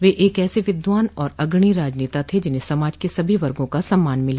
वे एक ऐसे विद्वान और अग्रणी राजनेता थे जिन्हें समाज के सभी वर्गों का सम्मान मिला